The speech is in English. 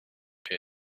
pits